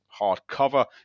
hardcover